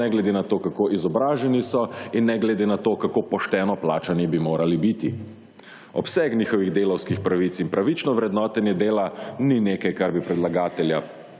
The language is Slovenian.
19.10** (nadaljevanje) so, in ne glede na to, kako pošteno plačani bi morali biti. Obseg njihovih delavskih pravic in pravično vrednotenje dela ni nekaj, kar bi predlagatelja